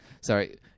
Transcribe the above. Sorry